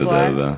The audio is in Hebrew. תודה רבה.